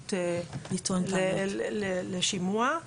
הזדמנות לשימוע.